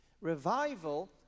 Revival